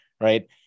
right